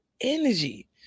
energy